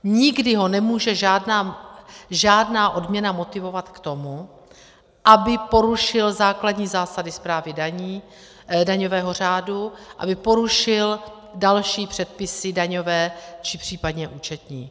Nikdy ho nemůže žádná odměna motivovat k tomu, aby porušil základní zásady správy daní, daňového řádu, aby porušil další předpisy daňové či případně účetní.